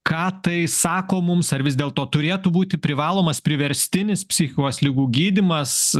ką tai sako mums ar vis dėlto turėtų būti privalomas priverstinis psichikos ligų gydymas